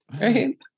Right